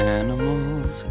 animals